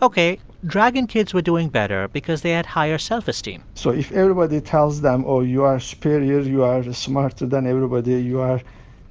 ok, dragon kids were doing better because they had higher self-esteem so if everybody tells them, oh, you are superior, you are smarter than everybody, you are